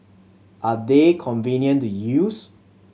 are they convenient to use